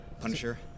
Punisher